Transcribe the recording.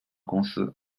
公司